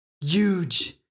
huge